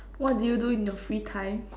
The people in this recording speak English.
what do you do in your free time